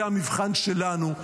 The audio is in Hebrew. זה המבחן שלנו,